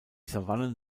savannen